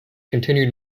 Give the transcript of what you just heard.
continued